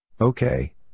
Okay